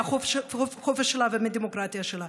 מהחופש שלה ומהדמוקרטיה שלה.